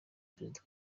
perezida